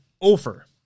over